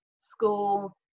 school